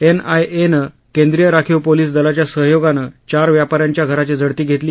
N I A नं केंद्रीय राखीव पोलिस दलाच्या सहयोगानं चार व्यापारांच्या घराची झडती केली